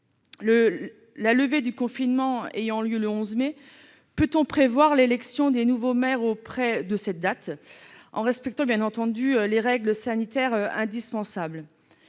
La levée du confinement ayant lieu le 11 mai, peut-on prévoir l'élection des nouveaux maires à une date proche de celle-ci, en respectant bien entendu les règles sanitaires indispensables ?